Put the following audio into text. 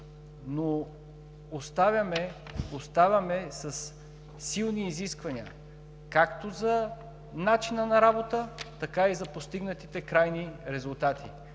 но оставаме със силни изисквания както за начина на работа, така и за постигнатите крайни резултати.